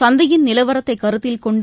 சந்தையின் நிலவரத்தை கருத்தில் கொண்டு